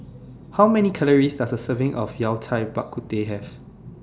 How Many Calories Does A Serving of Yao Cai Bak Kut Teh Have